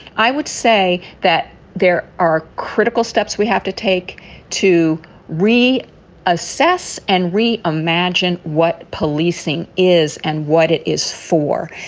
i would say that there are critical steps we have to take to we assess and we imagine what policing is and what it is for,